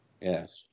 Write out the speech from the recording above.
Yes